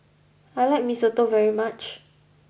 I like Mee Soto very much